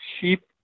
sheep